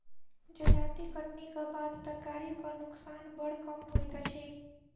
जजाति कटनीक बाद तरकारीक नोकसान बड़ कम होइत अछि